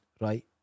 right